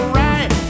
right